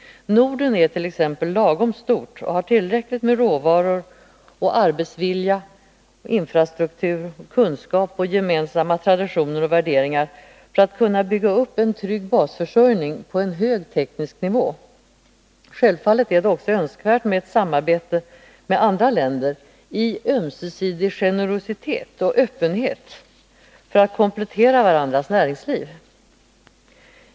Norden är t.ex. lagom stort och har tillräckligt med råvaror och arbetsvilja, infrastruktur, kunskap och gemensamma traditioner och värderingar för att kunna bygga upp en trygg basförsörjning på en hög teknisk nivå. Självfallet är det också önskvärt med ett samarbete med andra länder i ömsesidig generositet och öppenhet för att komplettera varandras näringsliv.